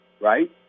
right